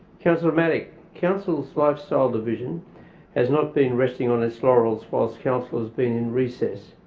councillor matic, council's lifestyle division has not been resting on its laurels whilst council has been in recess.